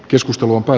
keskusta lupaa